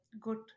good